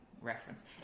reference